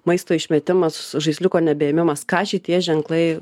maisto išmetimas žaisliuko nebeėmimas ką šitie ženklai